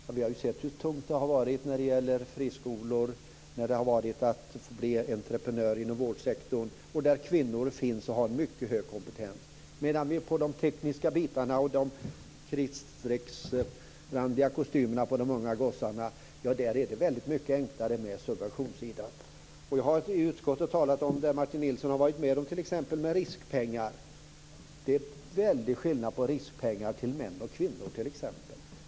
Ja, vi har ju sett hur tungt det har varit för friskolor och för dem som vill bli entreprenörer inom vårdsektorn, där det finns kvinnor med mycket hög kompetens. De unga gossarna i kritstrecksrandiga kostymer på de tekniska områdena har det mycket lättare vad gäller subventioner. Vi har i utskottet vid tillfällen när Martin Nilsson har varit med t.ex. talat om riskpengar. Det är en väldig skillnad mellan män och kvinnor när det gäller riskpengar.